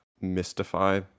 mystify